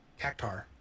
Cactar